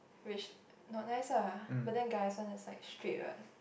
reach not nice lah but then guys want to side straight what